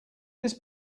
this